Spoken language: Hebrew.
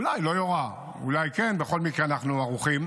אולי לא יורה, אולי כן, בכל מקרה אנחנו ערוכים.